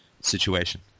situation